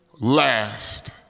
last